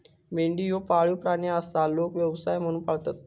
मेंढी ह्यो पाळीव प्राणी आसा, लोक व्यवसाय म्हणून पाळतत